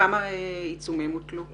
כמה עיצומים הוטלו?